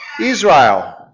Israel